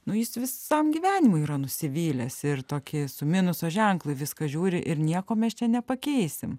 nu jis visam gyvenimui yra nusivylęs ir tokį su minuso ženklu į viską žiūri ir nieko mes čia nepakeisim